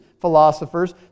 philosophers